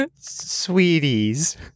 Sweeties